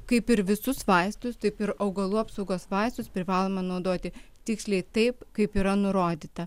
kaip ir visus vaistus taip ir augalų apsaugos vaistus privaloma naudoti tiksliai taip kaip yra nurodyta